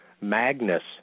Magnus